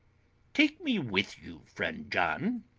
take me with you, friend john,